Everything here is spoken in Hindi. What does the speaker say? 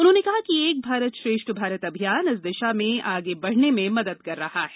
उन्होंने कहा कि एक भारत श्रेष्ठ भारत अभियान इस दिशा में आगे बढ़ने में मदद कर रहा है